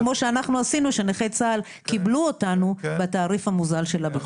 כמו שאנחנו עשינו שנכי צה"ל קיבלו אותנו בתעריף המוזל של הביטוח.